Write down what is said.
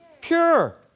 Pure